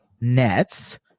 Nets